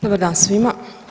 Dobar dan svima.